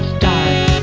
die